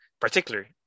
particularly